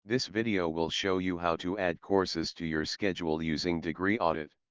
this video will show you how to add courses to your schedule using degree audit.